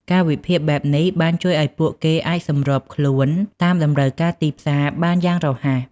ការវិភាគបែបនេះបានជួយឱ្យពួកគេអាចសម្របខ្លួនតាមតម្រូវការទីផ្សារបានយ៉ាងរហ័ស។